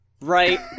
right